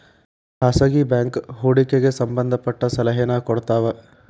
ಖಾಸಗಿ ಬ್ಯಾಂಕ್ ಹೂಡಿಕೆಗೆ ಸಂಬಂಧ ಪಟ್ಟ ಸಲಹೆನ ಕೊಡ್ತವ